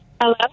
Hello